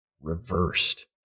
reversed